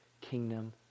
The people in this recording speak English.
kingdom